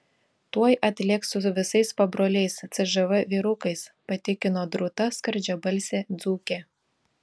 tuoj atlėks su visais pabroliais cžv vyrukais patikino drūta skardžiabalsė dzūkė